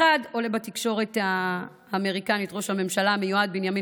מחד עולה בתקשורת האמריקנית ראש הממשלה המיועד בנימין